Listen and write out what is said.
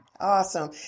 Awesome